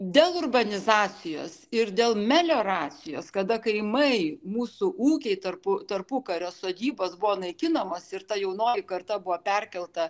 dėl urbanizacijos ir dėl melioracijos kada kaimai mūsų ūkiai tarpu tarpukario sodybos buvo naikinamos ir ta jaunoji karta buvo perkelta